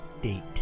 date